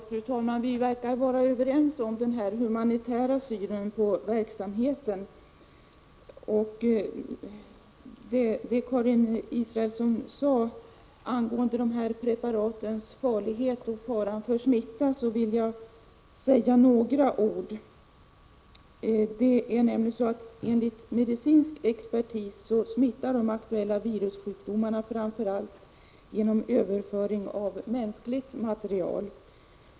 Fru talman! Vi verkar vara överens om den humanitära synen på verksamheten. Jag vill bara säga några ord med anledning av det Karin Israelsson sade angående preparatens farlighet och faran för smitta. Enligt medicinsk expertis smittar de aktuella virussjukdomarna framför allt genom överföring av mänskligt material.